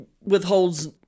withholds